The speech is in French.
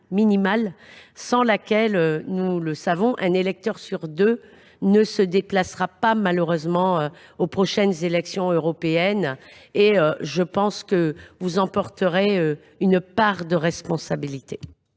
sans laquelle nous savons qu’un électeur sur deux ne se déplacera pas lors des prochaines élections européennes. J’estime que vous en porterez une part de responsabilité,